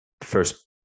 first